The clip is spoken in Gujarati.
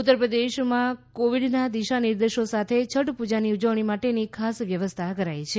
ઉત્તર પ્રદેશમાં કોવિડના દિશા નિર્દેશો સાથે છઠ પુજાની ઉજવણી માટેની વ્યવસ્થા કરાઈ છે